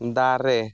ᱫᱟᱨᱮ